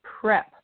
prep